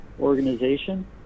organization